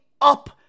up